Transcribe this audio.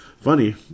funny